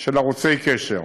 של ערוצי קשר.